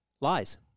Lies